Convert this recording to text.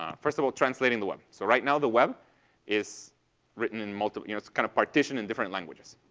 ah first of all, translating the web. so right now the web is written in multiple you know it's kind of partitioned in different languages.